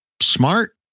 smart